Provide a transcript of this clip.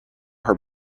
her